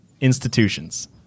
institutions